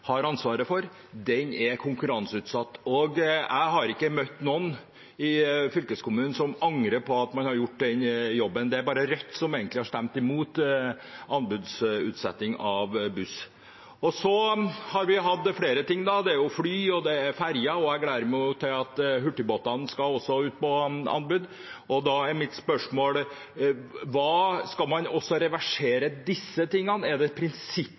har ansvaret for, konkurranseutsatt. Jeg har ikke møtt noen i fylkeskommunen som angrer på at man har gjort den jobben. Det er egentlig bare Rødt som har stemt imot anbudsutsetting av buss. Så har vi hatt flere ting, det er fly, det er ferge, og jeg gleder meg til at hurtigbåtene også skal ut på anbud. Da er mitt spørsmål: Skal man også reversere disse tingene? Er det